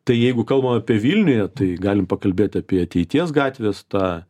tai jeigu kalbam apie vilniuje tai galim pakalbėt apie ateities gatvės tą